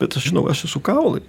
bet aš žinau aš esu kaulai